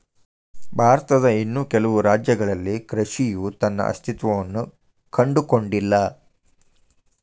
ಭಾರತದ ಇನ್ನೂ ಕೆಲವು ರಾಜ್ಯಗಳಲ್ಲಿ ಕೃಷಿಯ ತನ್ನ ಅಸ್ತಿತ್ವವನ್ನು ಕಂಡುಕೊಂಡಿಲ್ಲ